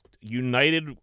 United-